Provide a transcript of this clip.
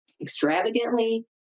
extravagantly